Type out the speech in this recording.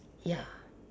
ya